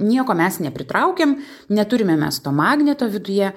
nieko mes nepritraukiam neturime mes to magneto viduje